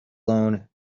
loan